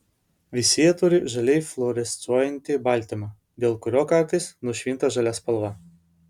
visi jie turi žaliai fluorescuojantį baltymą dėl kurio kartais nušvinta žalia spalva